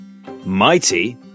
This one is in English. Mighty